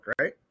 right